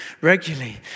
regularly